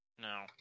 No